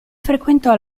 frequentò